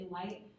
light